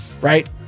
right